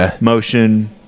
motion